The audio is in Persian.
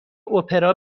اپرا